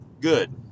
good